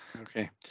okay